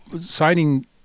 signing